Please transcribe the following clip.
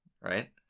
right